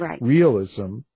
realism